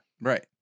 Right